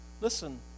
Listen